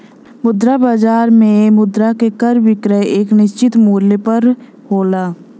मुद्रा बाजार में मुद्रा क क्रय विक्रय एक निश्चित मूल्य पर होला